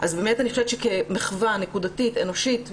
אני חושבת שמחווה נקודתית אנושית,